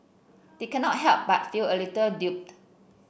they cannot help but feel a little duped